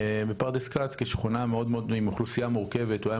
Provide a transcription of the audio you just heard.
פרדס כץ היא שכונה מאוד מורכבת והוא היה